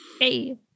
Hey